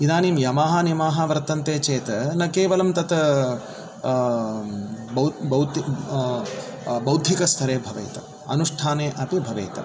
इदानीं यमाः नियमाः वर्तन्ते चेत न केवलं तत् बौद्धिकस्थरे भवेत् अनुष्ठाने अपि भवेत्